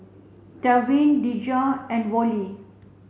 Trevin Dejah and Vollie